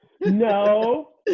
No